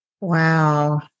Wow